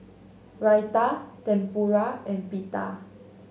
Raita Tempura and Pita